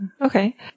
Okay